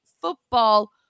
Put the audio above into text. football